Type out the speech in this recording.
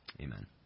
Amen